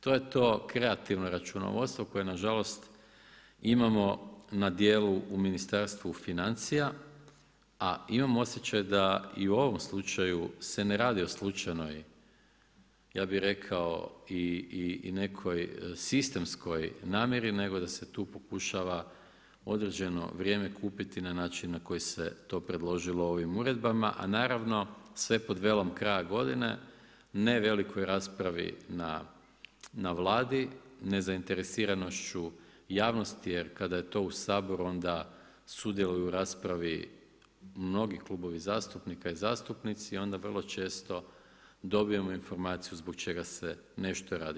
To je to kreativno računovodstvo koje nažalost imamo na djelu u Ministarstvu financija, a imam osjećaj da i u ovom slučaju se ne radi o slučajnoj, ja bi rekao i nekoj sistemskoj namjeri nego da se tu pokušava određeno vrijeme kupiti na način na koji se to predložilo ovim uredbama, a naravno sve pod velom kraja godine, ne velikoj raspravi na Vladi, nezainteresiranošću javnosti jer kada je to u Saboru onda sudjeluju u raspravi mnogi klubovi zastupnika i zastupnici, onda vrlo često dobijemo informaciju zbog čega se nešto radi.